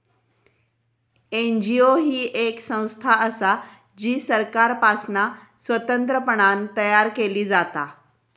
NGO ही येक संस्था असा जी सरकारपासना स्वतंत्रपणान तयार केली जाता